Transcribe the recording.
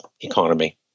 economy